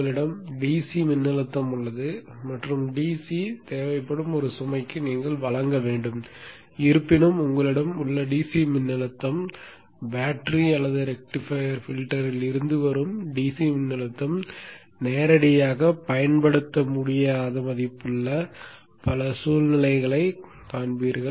உங்களிடம் DC மின்னழுத்தம் உள்ளது மற்றும் DC தேவைப்படும் ஒரு சுமைக்கு நீங்கள் வழங்க வேண்டும் இருப்பினும் உங்களிடம் உள்ள DC மின்னழுத்தம் பேட்டரி அல்லது ரெக்டிஃபையர் ஃபில்டரில் இருந்து வரும் டிசி மின்னழுத்தத்தை நேரடியாகப் பயன்படுத்த முடியாத மதிப்புள்ள பல சூழ்நிலைகளைக் காண்பீர்கள்